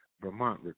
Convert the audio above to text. Vermont